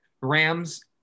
Rams